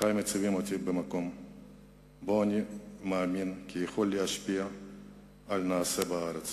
חיי מציבים אותי במקום שבו אני מאמין כי אוכל להשפיע על הנעשה בארץ.